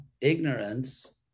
ignorance